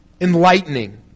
enlightening